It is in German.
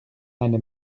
eine